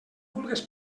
vulgues